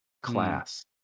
class